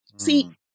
See